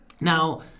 now